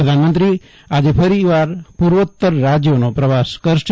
પ્રધાનમંત્રી આજે ફરીવાર પૂર્વોતર રાજ્યોનો પ્રવાસ કરશે